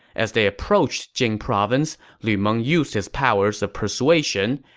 as they approached jing province, lu meng used his powers of persuasion,